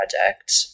project